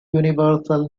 universal